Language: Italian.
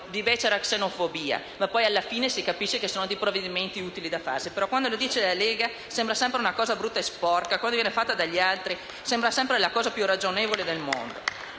di becera xenofobia, mentre alla fine si capisce che sono provvedimenti utili da farsi. Quando lo dice la Lega, però, sembra sempre una cosa brutta e sporca, mentre quando viene fatta dagli altri è la cosa più ragionevole del mondo.